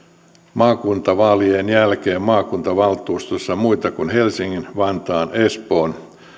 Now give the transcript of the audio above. maakuntavaalien jälkeen maakuntavaltuustossa muita kuin helsingin vantaan espoon